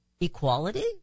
equality